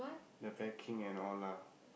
the packing and all lah